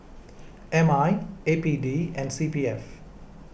M I A P D and C P F